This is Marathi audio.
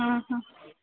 हां हां